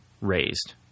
raised